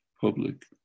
public